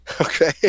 okay